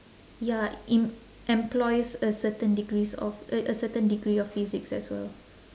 ya it employs a certain degrees of uh a certain degree of physics as well